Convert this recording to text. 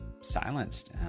silenced